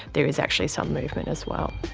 there is actually some movement as well.